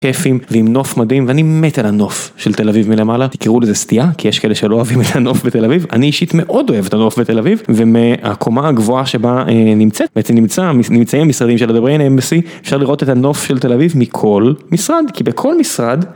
כיפים, ועם נוף מדהים ואני מת על הנוף של תל אביב מלמעלה, תקראו לזה סטייה כי יש כאלה שלא אוהבים את הנוף בתל אביב, אני אישית מאוד אוהב את הנוף בתל אביב ומהקומה הגבוהה שבה נמצאת, בעצם נמצא... נמצאים משרדים של דבריין אמבסי, אפשר לראות את הנוף של תל אביב מכל משרד כי בכל משרד...